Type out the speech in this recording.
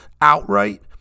outright